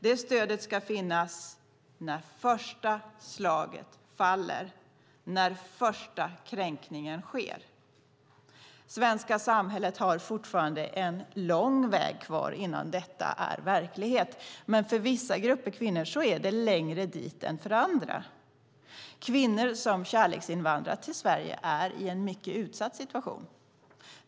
Det stödet ska finnas när första slaget faller, när första kränkningen sker. Det svenska samhället har fortfarande en lång väg kvar innan detta är verklighet. För vissa grupper av kvinnor är vägen längre än för andra. Kvinnor som kärleksinvandrat till Sverige är i en mycket utsatt situation.